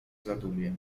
zadumie